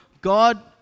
God